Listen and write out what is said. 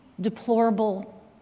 deplorable